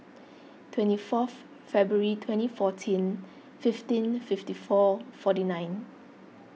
twenty fourth February twenty fourteen fifteen fifty four forty nine